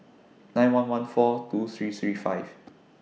nine one one four two three three five